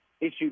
issued